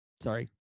Sorry